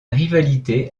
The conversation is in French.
rivalité